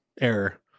error